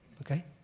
Okay